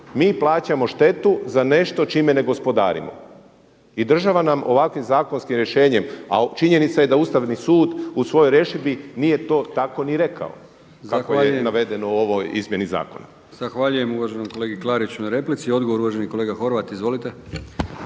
Mi plaćamo štetu za nešto čime ne gospodarimo i država nam ovakvim zakonskim rješenjem, a činjenica je da Ustavni su u svojoj rješidbi nije to tako ni rekao kako je navedeno u ovoj izmjeni zakona. **Brkić, Milijan (HDZ)** Zahvaljujem uvaženom kolegi Klariću na replici. Odgovor uvaženi kolega Horvat. Izvolite.